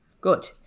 Good